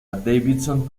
davidson